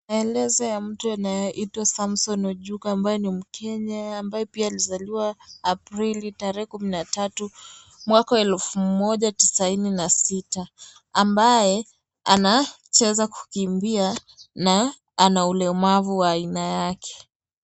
Maelezo ya mtu anayeitwa Samson Ojuka ambaye ni mkenya, ambaye pia alizaliwa Aprili tarehe kumi na tatu mwaka wa elfu moja tisaini na tisa, ambaye, anacheza kukimbia, na ana ulemavu wa aina yake.